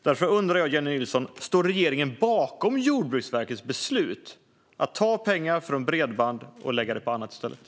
Därför undrar jag om regeringen står bakom Jordbruksverkets beslut att ta pengar från bredband och lägga det på annat i stället.